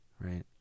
right